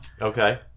Okay